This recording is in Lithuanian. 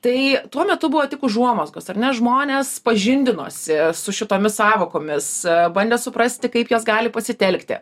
tai tuo metu buvo tik užuomazgos ar ne žmonės pažindinosi su šitomis sąvokomis bandė suprasti kaip jos gali pasitelkti